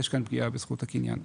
יש כאן פגיעה בזכות הקניין.